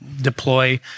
deploy